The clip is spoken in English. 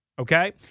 okay